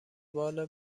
بال